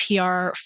PR